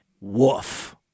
woof